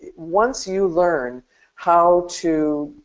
once you learn how to